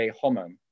homo